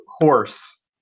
horse